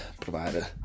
provider